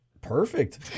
Perfect